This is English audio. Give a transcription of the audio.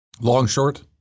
Long-short